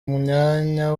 mwanya